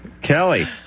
Kelly